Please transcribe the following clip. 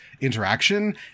interaction